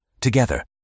Together